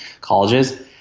colleges